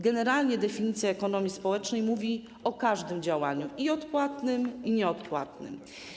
Generalnie definicja ekonomii społecznej mówi o każdym działaniu, i odpłatnym, i nieodpłatnym.